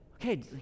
Okay